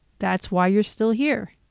that's why you're still here.